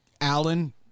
Allen